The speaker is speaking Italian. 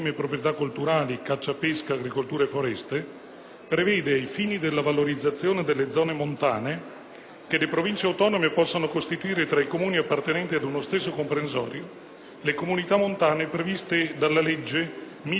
prevede, ai fini della valorizzazione delle zone montane, che le Province autonome possano costituire tra i Comuni appartenenti ad uno stesso comprensorio, le comunità montane previste dalla legge 3 dicembre 1971,